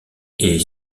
est